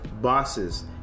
bosses